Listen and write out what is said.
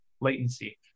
latency